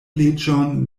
leĝon